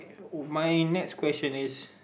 my next question is